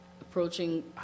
approaching